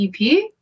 EP